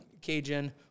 Cajun